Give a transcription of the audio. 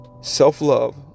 Self-love